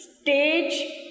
stage